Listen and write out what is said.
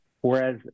Whereas